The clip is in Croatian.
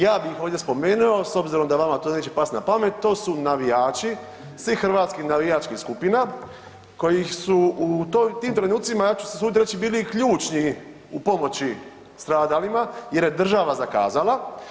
Ja bi ovdje spomenuo s obzirom da vama to neće pasti na pamet, to su navijači svih hrvatskih navijačkih skupina koji su u tim trenucima, ja ću se usudit reći, bili i ključni u pomoći stradalima jer je država zakazala.